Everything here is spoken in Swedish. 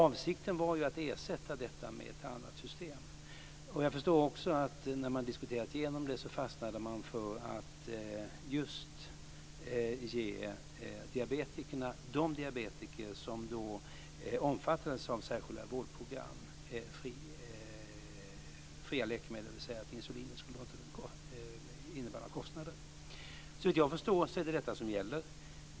Avsikten var att ersätta detta med ett annat system. Jag förstår att när man diskuterat igenom det fastnade man för att ge just de diabetiker som då omfattades av särskilda vårdprogram fria läkemedel, dvs. att insulinet inte skulle innebära några kostnader. Såvitt jag förstår är det detta som gäller.